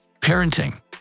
parenting